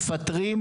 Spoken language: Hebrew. כי מגיע להם,